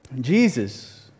Jesus